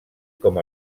com